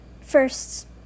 first